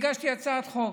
הגשתי הצעת חוק.